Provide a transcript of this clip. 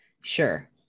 Sure